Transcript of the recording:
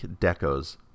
decos